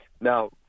Now